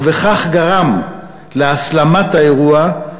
ובכך גרם להסלמת האירוע,